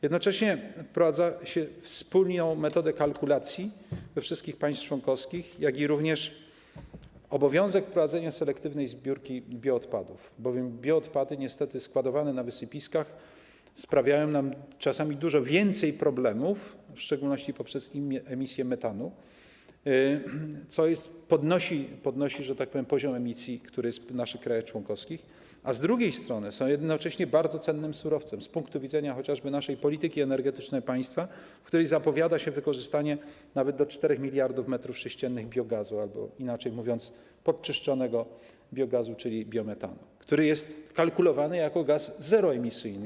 Jednocześnie wprowadza się wspólną metodę kalkulacji we wszystkich państwach członkowskich, jak również obowiązek prowadzenia selektywnej zbiórki bioodpadów, bowiem niestety bioodpady składowane na wysypiskach sprawiają nam czasami dużo więcej problemów, w szczególności poprzez emisję metanu, co podnosi, że tak powiem, poziom emisji, który jest w naszych krajach członkowskich, a z drugiej strony są jednocześnie bardzo cennym surowcem z punktu widzenia chociażby naszej polityki energetycznej państwa, w której zapowiada się wykorzystanie nawet do 4 mld m3 biogazu albo, inaczej mówiąc, podczyszczonego biogazu, czyli biometanu, który jest kalkulowany jako gaz zeroemisyjny.